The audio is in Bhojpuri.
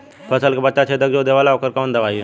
फसल के पत्ता छेद जो देवेला ओकर कवन दवाई ह?